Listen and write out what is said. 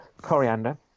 coriander